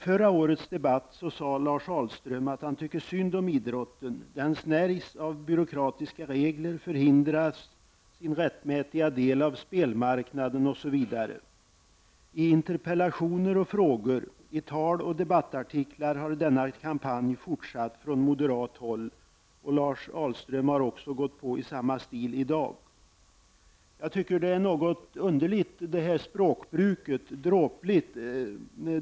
Lars Ahlström sade i förra årets debatt att han tycker synd om idrotten, att den snärjs av byråkratiska regler, förmenas sin rättmätiga del av spelmarknaden, osv. interpellationer och frågor, i tal och debattartiklar, har denna kampanj från moderat håll fortsatt, och Lars Ahlström har här i dag gått på i samma stil. Jag tycker att det här språkbruket är något underligt.